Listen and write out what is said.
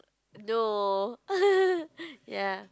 no ya